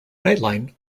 nightline